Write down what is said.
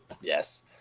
Yes